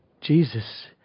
Jesus